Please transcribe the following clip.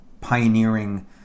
pioneering